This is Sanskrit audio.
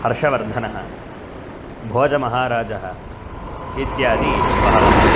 हर्षवर्धनः भोजमहाराजः इत्यादि बहवः